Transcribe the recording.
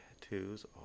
Tattoos